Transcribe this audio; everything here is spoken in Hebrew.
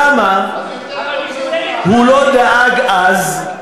למה הוא לא דאג אז,